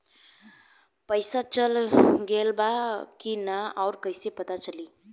पइसा चल गेलऽ बा कि न और कइसे पता चलि?